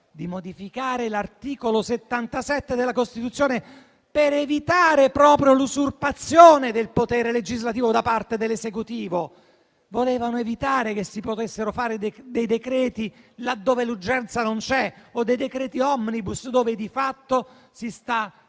di modificare l'articolo 77 della Costituzione proprio per evitare l'usurpazione del potere legislativo da parte dell'Esecutivo. Quelle proposte volevano evitare che si potessero fare dei decreti legge laddove l'urgenza non c'è, o dei decreti *omnibus* con cui di fatto si sta